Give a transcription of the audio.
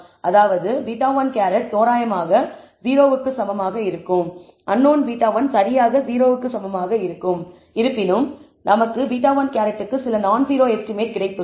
அதாவது β̂1 தோராயமாக 0 க்கு சமமாக இருக்கும் அன்னோன் β1 சரியாக 0 க்கு சமமாக இருக்கும் இருப்பினும் நமக்கு β̂1 க்கு சில நான்ஜீரோ எஸ்டிமேட் கிடைத்துள்ளது